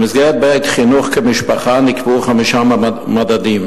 במסגרת "בית חינוך כמשפחה" נקבעו חמישה מדדים,